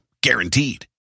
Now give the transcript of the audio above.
guaranteed